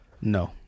No